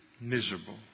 Miserable